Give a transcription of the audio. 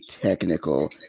technical